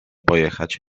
pojechać